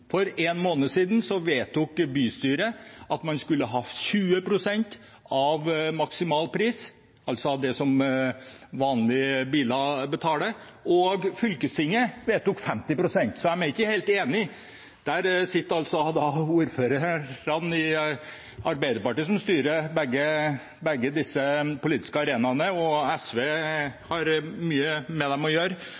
For en måned siden vedtok bystyret 20 pst. av maksimal pris, altså av det som vanlige biler betaler. Fylkestinget vedtok 50 pst, så de er ikke helt enige. Det sitter altså ordførere fra Arbeiderpartiet som styrer begge disse politiske arenaene, og SV